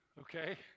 okay